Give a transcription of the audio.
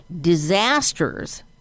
disasters